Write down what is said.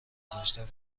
گذاشته